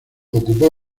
ocupó